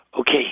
Okay